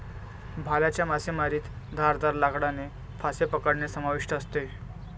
भाल्याच्या मासेमारीत धारदार लाकडाने मासे पकडणे समाविष्ट असते